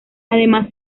además